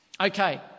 Okay